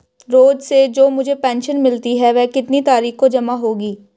रोज़ से जो मुझे पेंशन मिलती है वह कितनी तारीख को जमा होगी?